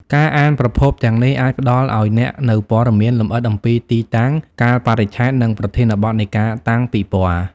ការអានប្រភពទាំងនេះអាចផ្តល់ឲ្យអ្នកនូវព័ត៌មានលម្អិតអំពីទីតាំង កាលបរិច្ឆេទ និងប្រធានបទនៃការតាំងពិពណ៌។